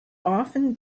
often